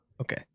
okay